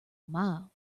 mile